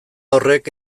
horrek